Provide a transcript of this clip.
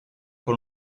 con